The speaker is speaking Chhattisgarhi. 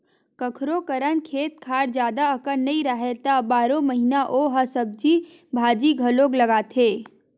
कखोरो करन खेत खार जादा अकन नइ राहय त बारो महिना ओ ह सब्जी भाजी घलोक लगाथे